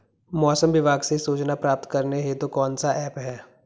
मौसम विभाग से सूचना प्राप्त करने हेतु कौन सा ऐप है?